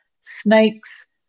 snakes